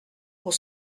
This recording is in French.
pour